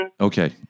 Okay